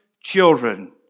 children